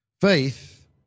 faith